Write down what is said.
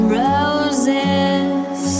roses